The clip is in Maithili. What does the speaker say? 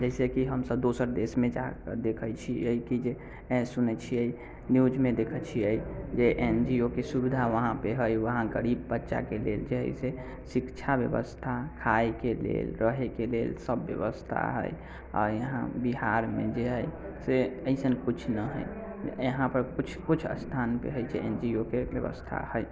जइसे कि हमसब दोसर देशमे जाकऽ देखै छिए कि जे सुनै छिए न्यूजमे देखै छिए जे एन जी ओ के सुविधा वहाँपर हइ वहाँ गरीब बच्चाके लेल जे हइ से शिक्षा बेबस्था खाइके लेल रहैके लेल सब बेबस्था हइ आओर यहाँ बिहारमे जे हइ से अइसन किछु नहि हइ यहाँपर किछु किछु अस्थानपर हइ जे एन जी ओ के बेबस्था हइ